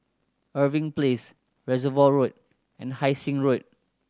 Irving Place Reservoir Road and Hai Sing Road